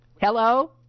hello